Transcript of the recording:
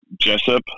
Jessup